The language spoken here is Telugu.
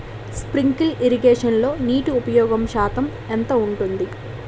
స్ప్రింక్లర్ ఇరగేషన్లో నీటి ఉపయోగ శాతం ఎంత ఉంటుంది?